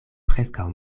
preskaŭ